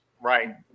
right